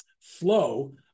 flow